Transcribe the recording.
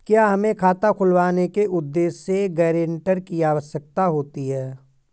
क्या हमें खाता खुलवाने के उद्देश्य से गैरेंटर की आवश्यकता होती है?